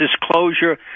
disclosure